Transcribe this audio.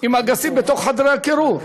נתקעו עם אגסים בתוך חדרי קירור.